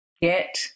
get